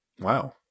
Wow